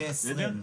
כ-20.